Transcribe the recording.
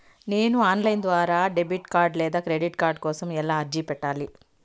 నేను online ద్వారా debit card లేదా క్రెడిట్ కార్డు కోసం ఎలా అర్జీ పెట్టాలి?